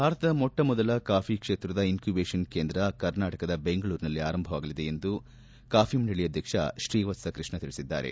ಭಾರತದ ಮೊಟ್ಟಮೊದಲ ಕಾಫಿ ಕ್ಷೇತ್ರದ ಇನ್ಕ್ಯುಬೇಶನ್ ಕೇಂದ್ರ ಕರ್ನಾಟಕದ ಬೆಂಗಳೂರಿನಲ್ಲಿ ಆರಂಭವಾಗಲಿದೆ ಎಂದು ಕಾಫಿ ಮಂಡಳಿ ಅಧ್ಯಕ್ಷ ಶ್ರೀವತ್ಸ ಕೃಷ್ಣ ತಿಳಿಸಿದ್ದಾರೆ